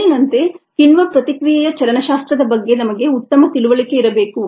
ಮೊದಲಿನಂತೆ ಕಿಣ್ವ ಪ್ರತಿಕ್ರಿಯೆಯ ಚಲನಶಾಸ್ತ್ರದ ಬಗ್ಗೆ ನಮಗೆ ಉತ್ತಮ ತಿಳುವಳಿಕೆ ಇರಬೇಕು